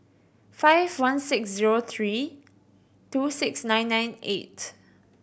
five one six zero three two six nine nine eight